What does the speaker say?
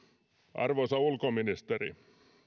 arvoisa ulkoministeri